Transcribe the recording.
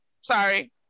Sorry